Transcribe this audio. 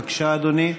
בבקשה, אדוני.